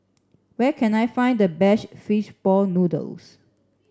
where can I find the best fish ball noodles